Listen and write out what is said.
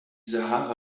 sahara